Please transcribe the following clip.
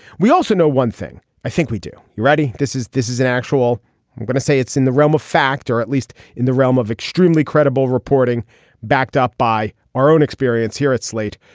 we also know one thing i think we do. you ready. this is this is an actual i'm going to say it's in the realm of fact or at least in the realm of extremely credible reporting backed up by our own experience here at slate.